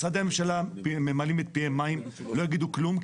משרדי הממשלה ממלאים את פיהם מים, לא יגידו כלום.